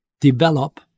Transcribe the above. develop